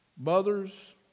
Mothers